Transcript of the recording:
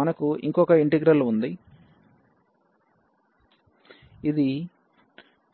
మనకు ఇంకొక ఇంటిగ్రల్ ఉంది ఇది